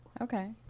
okay